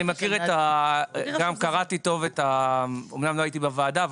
אמנם לא הייתי בוועדה,